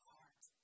Heart